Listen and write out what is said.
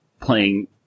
playing